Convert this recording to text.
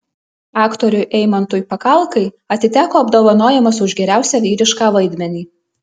aktoriui eimantui pakalkai atiteko apdovanojimas už geriausią vyrišką vaidmenį